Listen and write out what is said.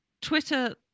Twitter